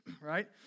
right